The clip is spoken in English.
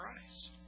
Christ